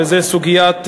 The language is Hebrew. וזו סוגיית,